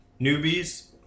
newbies